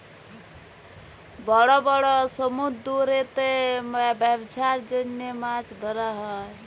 বড় বড় সমুদ্দুরেতে ব্যবছার জ্যনহে মাছ ধ্যরা হ্যয়